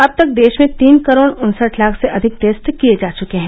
अब तक देश में तीन करोड उन्सठ लाख से अधिक टेस्ट किए जा चुके हैं